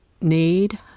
need